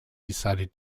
decided